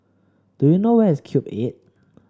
do you know where is Cube Eight